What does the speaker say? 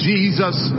Jesus